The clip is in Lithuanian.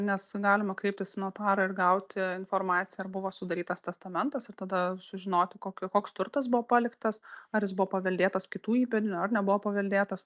nes galima kreiptis į notarą ir gauti informaciją ar buvo sudarytas testamentas ir tada sužinoti kokiu koks turtas buvo paliktas ar jis buvo paveldėtas kitų įpėdinių ar nebuvo paveldėtas